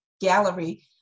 gallery